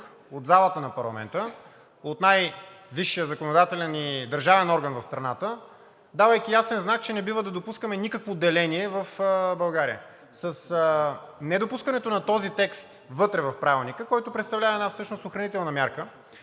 от залата на парламента, от най-висшия законодателен и държавен орган в страната, давайки ясен знак, че не бива да допускаме никакво деление в България. С недопускането на този текст вътре в Правилника, който представлява една всъщност охранителна мярка